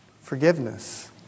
Forgiveness